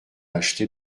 acheter